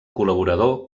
col·laborador